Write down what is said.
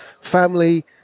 family